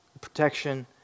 protection